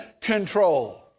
control